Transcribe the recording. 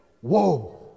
Whoa